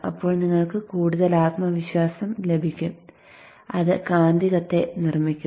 അപ്പോൾ നിങ്ങൾക്ക് കൂടുതൽ ആത്മവിശ്വാസം ലഭിക്കും അത് കാന്തികത്തെ നിർമ്മിക്കും